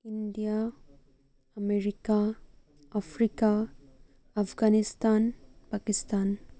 India America Africa Afghanistan Pakistan